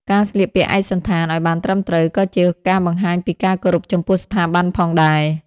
ការស្លៀកពាក់ឯកសណ្ឋាន ឲ្យបានត្រឹមត្រូវ ក៏ជាការបង្ហាញពីការគោរពចំពោះស្ថាប័នផងដែរ។